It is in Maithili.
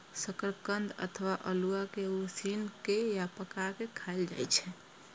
शकरकंद अथवा अल्हुआ कें उसिन के या पकाय के खायल जाए छै